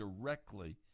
directly